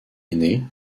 aînée